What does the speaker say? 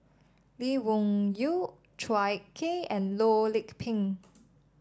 Lee Wung Yew Chua Kay and Loh Lik Peng